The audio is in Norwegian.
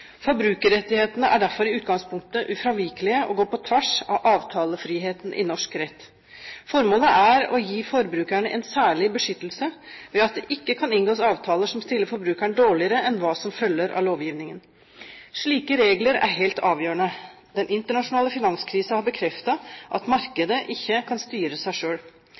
Forbrukerrettighetene er derfor i utgangspunktet ufravikelige og går på tvers av avtalefriheten i norsk rett. Formålet er å gi forbrukerne en særlig beskyttelse ved at det ikke kan inngås avtaler som stiller forbrukeren dårligere enn hva som følger av lovgivningen. Slike regler er helt avgjørende. Den internasjonale finanskrisen har bekreftet at markedet ikke kan styre seg